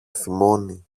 θυμώνει